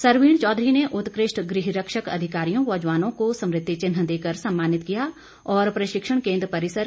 सरवीण चौधरी ने उत्कृष्ट गृह रक्षक अधिकारियों व जवानों को स्मृति चिन्ह देकर सम्मानित किया और प्रशिक्षण केन्द्र परिसर का निरीक्षण भी किया